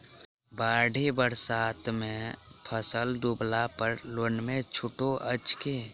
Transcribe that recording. बाढ़ि बरसातमे फसल डुबला पर लोनमे छुटो अछि की